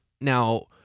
now